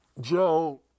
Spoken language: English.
Joe